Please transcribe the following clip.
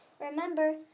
Remember